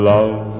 Love